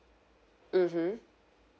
mmhmm